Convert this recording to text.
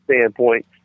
standpoint